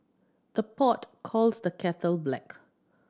the pot calls the kettle black